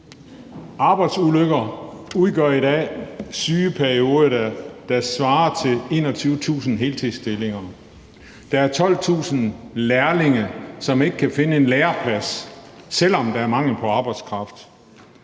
Arbejdsulykker udgør i dag sygeperioder, der svarer til 21.000 heltidsstillinger. Der er 12.000 lærlinge, som ikke kan finde en læreplads, selv om der er mangel på arbejdskraft.